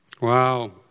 Wow